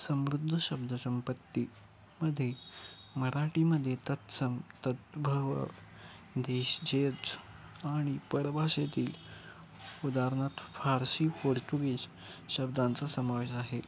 समृद्ध शब्दसंंपत्तीमध्ये मराठीमध्ये तत्सम तत्भव देशाचेच आणि पळ भाषेतील उदाहरनार्थ फारसी पोर्तुगीज शब्दांचा समावेश आहे